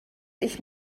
ich